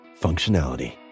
Functionality